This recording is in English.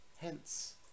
Hence